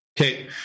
Okay